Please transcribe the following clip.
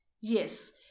Yes